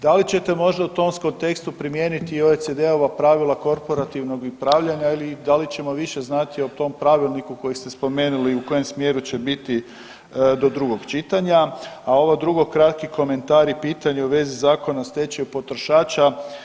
Da li ćete možda u tom kontekstu primijeniti i OCDE-ova pravila korporativnog upravljanja ili da li ćemo više znati o tom pravilniku koji ste spomenuli u kojem smjeru će biti do drugog čitanja, a ovo drugo kratki komentar i pitanje u vezi Zakona o stečaju potrošača.